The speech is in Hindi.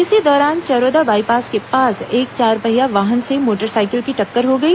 इसी दौरान चरोदा बाईपास के पास एक चारपहिया वाहन से मोटरसाइकिल की टक्कर हो गई